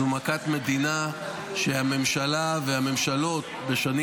זו מכת מדינה והממשלה והממשלות בשנים